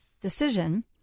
decision